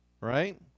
right